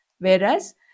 Whereas